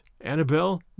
Annabelle